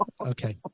okay